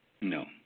No